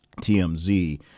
TMZ